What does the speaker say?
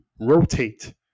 rotate